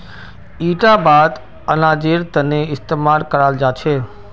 इटा बात अनाजेर तने इस्तेमाल कराल जा छे